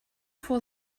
for